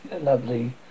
lovely